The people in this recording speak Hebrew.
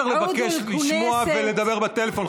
) אי-אפשר לבקש לשמוע ולדבר בטלפון,